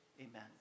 Amen